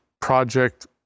project